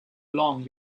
long